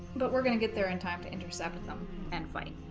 but we're gonna get there in time to intercept them and fight